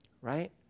right